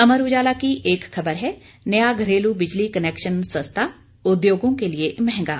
अमर उजाला की एक खबर है नया घरेलू बिजली कनेक्शन सस्ता उद्योगों के लिए महंगा